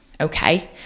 okay